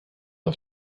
auf